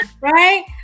right